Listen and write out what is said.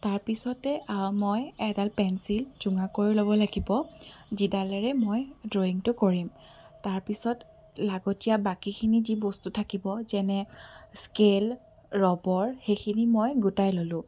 তাৰপিছতে মই এডাল পেঞ্চিল জোঙা কৰি ল'ব লাগিব যিডালেৰে মই ড্ৰয়িঙটো কৰিম তাৰপিছত লাগতিয়াল বাকীখিনি যি বস্তু থাকিব যেনে স্কেল ৰবৰ সেইখিনি মই গোটাই ললোঁ